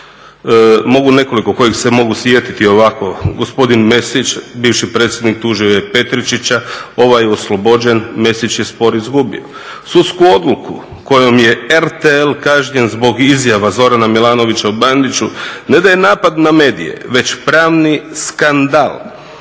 Mogu nekoliko kojeg se mogu sjetiti ovako. Gospodin Mesić, bivši predsjednik tužio je Petričića. Ovaj je oslobođen. Mesić je spor izgubio. Sudsku odluku kojom je RTL kažnjen zbog izjava Zorana Milanovića o Bandiću, ne da je napad na medije već pravni skandal,